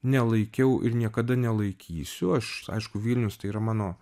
nelaikiau ir niekada nelaikysiu aš aišku vilnius tai yra mano